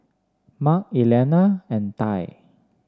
Mark Elliana and Tai